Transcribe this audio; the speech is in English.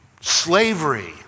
slavery